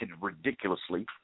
ridiculously